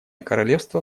королевство